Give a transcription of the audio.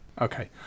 Okay